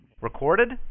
Recorded